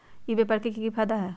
ई व्यापार के की की फायदा है?